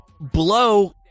blow